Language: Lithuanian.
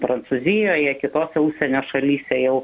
prancūzijoje kitose užsienio šalyse jau